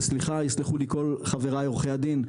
שסליחה יסלחו לי כל חבריי עורכי הדין,